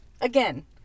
Again